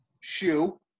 Shoe